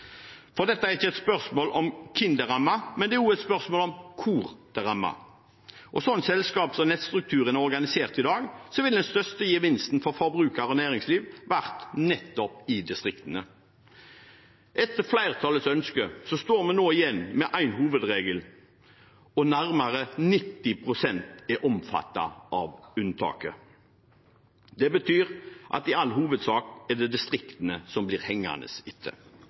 Dette er ikke bare et spørsmål om hvem det rammer, det er også et spørsmål om hvor det rammer. Sånn selskaps- og nettstrukturen er organisert i dag, ville den største gevinsten for forbrukere og næringsliv vært nettopp i distriktene. Etter flertallets ønske står vi nå igjen med én hovedregel og at nærmere 90 pst. er omfattet av unntaket. Det betyr at i all hovedsak er det distriktene som blir hengende etter.